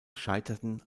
scheiterten